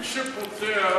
מי שפותח,